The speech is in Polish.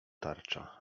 tarcza